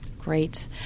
great